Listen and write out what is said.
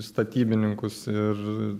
statybininkus ir